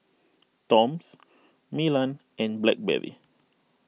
Toms Milan and Blackberry